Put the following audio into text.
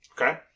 Okay